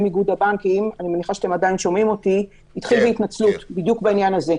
איגוד הבנקים התחיל בהתנצלות בדיוק בעניין הזה.